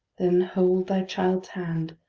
then hold thy child's hand,